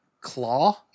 claw